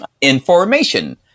Information